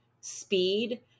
speed